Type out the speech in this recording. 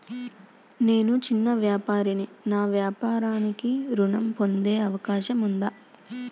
నేను చిన్న వ్యాపారిని నా వ్యాపారానికి ఋణం పొందే అవకాశం ఉందా?